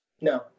no